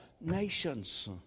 nations